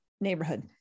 neighborhood